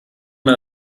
una